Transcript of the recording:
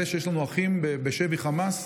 על זה שיש לנו אחים בשבי חמאס,